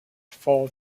fall